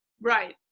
Right